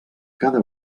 cada